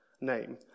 name